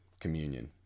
communion